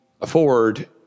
afford